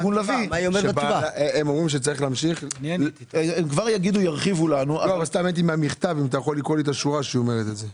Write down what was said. מהמכתב אם תוכל לקרוא לי את השורה שאומרת את זה?